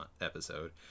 episode